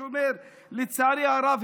שאומר: לצערי הרב,